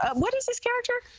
um what is this character.